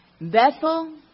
Bethel